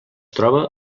troba